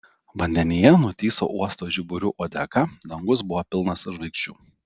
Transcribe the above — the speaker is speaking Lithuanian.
vandenyje nutįso uosto žiburių uodega dangus buvo pilnas žvaigždžių